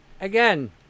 again